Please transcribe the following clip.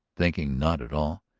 thinking not at all.